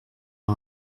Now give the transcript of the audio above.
par